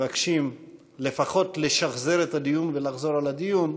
מבקשים לפחות לשחזר את הדיון ולחזור על הדיון,